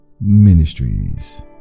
Ministries